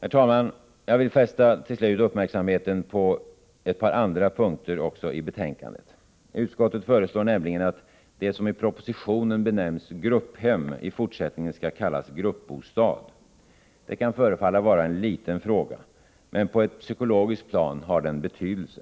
Herr talman! Jag vill till slut fästa uppmärksamheten också på två andra punkter i betänkandet. Utskottet föreslår nämligen att det som i propositionen benämns grupphem i fortsättningen skall kallas gruppbostad. Det kan förefalla vara en liten fråga. Men på ett psykologiskt plan har den betydelse.